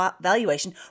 valuation